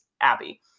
Abby